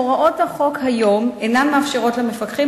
הוראות החוק היום אינן מאפשרות למפקחים,